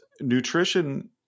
nutrition